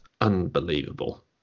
unbelievable